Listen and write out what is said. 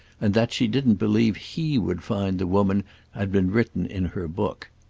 and that she didn't believe he would find the woman had been written in her book.